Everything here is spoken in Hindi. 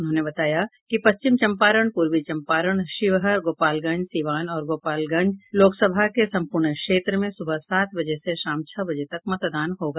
उन्होंने बताया कि पश्चिम चंपारण पूर्वी चंपारण शिवहर गोपालगंज सीवान और महाराजगंज लोकसभा के संपूर्ण क्षेत्र में सुबह सात बजे से शाम छह बजे तक मतदान होगा